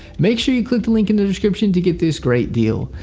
make sure you click the link in the description to get this great deal.